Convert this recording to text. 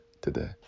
today